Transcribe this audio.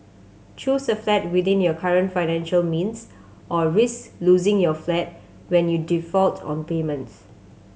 choose a flat within your current financial means or risk losing your flat when you default on payments